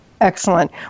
Excellent